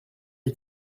est